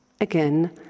Again